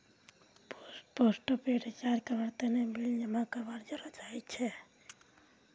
postpaid recharge करवार तने bill जमा करवार जरूरत हछेक